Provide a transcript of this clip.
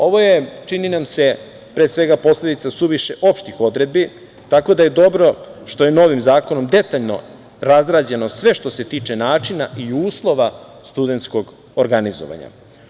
Ovo je, čini nam se, pre svega, posledica suviše opštih odredbi tako da je dobro što je novim zakonom detaljno razrađeno sve što se tiče načina i uslova studentskog organizovanja.